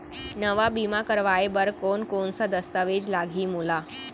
नवा बीमा करवाय बर कोन कोन स दस्तावेज लागही मोला?